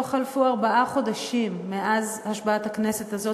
לא חלפו ארבעה חודשים מאז השבעת הכנסת הזאת